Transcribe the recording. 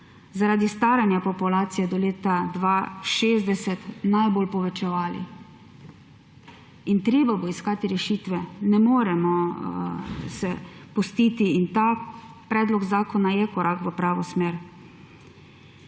zaradi staranja populacije do leta 2060 najbolj povečevali. In treba bo iskati rešitve, ne moremo se pustiti in ta predlog zakona je korak v pravo smer.